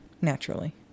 naturally